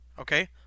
okay